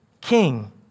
king